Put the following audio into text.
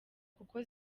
kuko